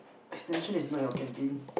extension is not your canteen